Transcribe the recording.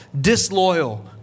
disloyal